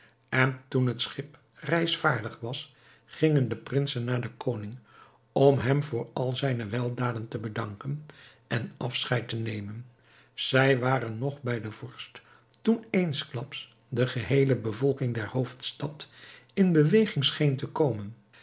en toen het schip reisvaardig was gingen de prinsen naar den koning om hem voor al zijne weldaden te bedanken en afscheid te nemen zij waren nog bij den vorst toen eensklaps de geheele bevolking der hoofdstad in beweging scheen te komen